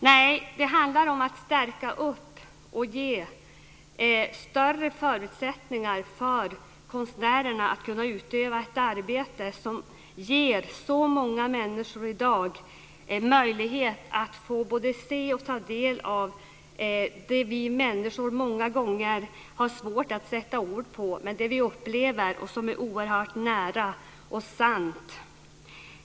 Nej, det handlar om att stärka och ge större förutsättningar för konstnärerna att utöva ett arbete som ger så många människor i dag en möjlighet att ta del av det som vi människor många gånger har svårt att sätta ord på, men som vi upplever som oerhört nära och sant.